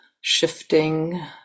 shifting